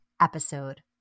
episode